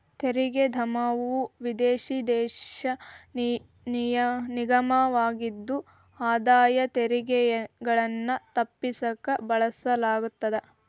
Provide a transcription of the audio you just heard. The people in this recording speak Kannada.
ತೆರಿಗೆ ಧಾಮವು ವಿದೇಶಿ ದೇಶ ನಿಗಮವಾಗಿದ್ದು ಆದಾಯ ತೆರಿಗೆಗಳನ್ನ ತಪ್ಪಿಸಕ ಬಳಸಲಾಗತ್ತ